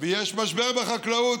ויש משבר בחקלאות.